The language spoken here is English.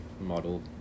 model